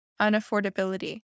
unaffordability